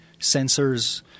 sensors